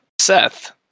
Seth